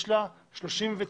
יש לה 37 חברים.